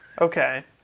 Okay